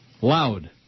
Loud